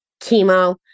chemo